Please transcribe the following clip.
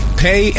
pay